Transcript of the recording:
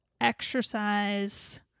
exercise